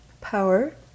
power